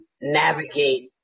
navigate